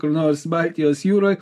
kur nors baltijos jūroj